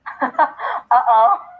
Uh-oh